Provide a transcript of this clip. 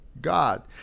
God